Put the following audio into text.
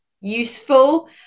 useful